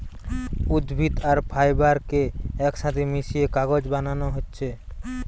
উদ্ভিদ আর ফাইবার কে একসাথে মিশিয়ে কাগজ বানানা হচ্ছে